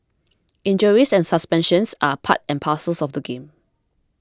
injuries and suspensions are part and parcels of the game